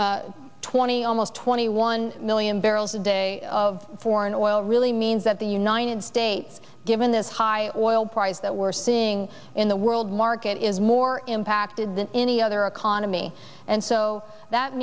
twenty almost twenty one million barrels a day of foreign oil really means that the united states given this high oil prices that we're seeing in the world market is more impacted than any other economy and so that